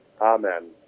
amen